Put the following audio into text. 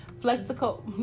Flexible